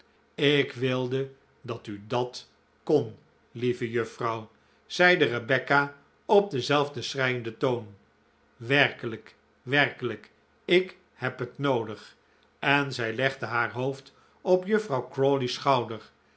ik wilde dat u dat kon lieve juffrouw zeide rebecca op denzelfden schreienden toon werkelijk werkelijk ik heb het noodig en zij legde haar hoofd op juffrouw crawley's schouder